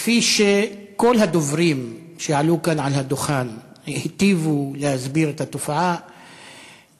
כפי שכל הדוברים שעלו כאן על הדוכן היטיבו להסביר את התופעה,